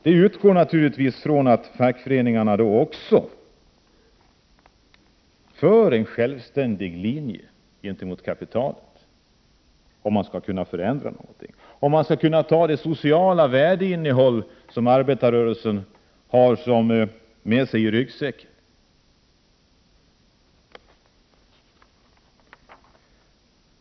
Vi utgår naturligtvis ifrån att fackföreningarna då driver en självständig linje gentemot kapitalet. Det är nödvändigt om man skall kunna förändra någonting, om man skall kunna ta till vara det sociala värdeinnehåll som arbetarrörelsen har med sig i ryggsäcken.